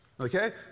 Okay